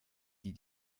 die